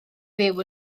fyw